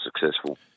successful